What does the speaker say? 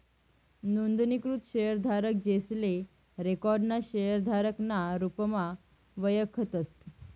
नोंदणीकृत शेयरधारक, जेसले रिकाॅर्ड ना शेयरधारक ना रुपमा वयखतस